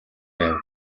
байв